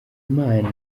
imana